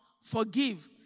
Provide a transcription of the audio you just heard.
Forgive